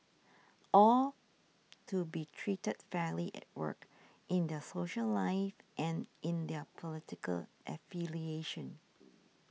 all to be treated fairly at work in their social life and in their political affiliations